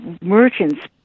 merchants